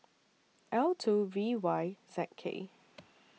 L two V Y Z K